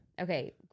okay